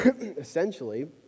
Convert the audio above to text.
essentially